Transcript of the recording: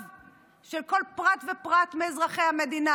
של כל פרט ופרט מאזרחי המדינה.